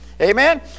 amen